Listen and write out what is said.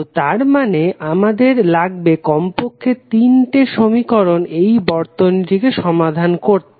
তো তারমানে আমাদের লাগবে কমপক্ষে 3 টে সমীকরণ এই বর্তনীটিকে সমাধাণ করতে